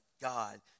God